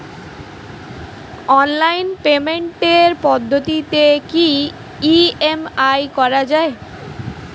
Online পেমেন্টের পদ্ধতিতে কি ই.এম.আই করা যায়?